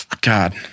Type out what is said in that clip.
God